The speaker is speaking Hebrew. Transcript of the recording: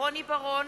רוני בר-און,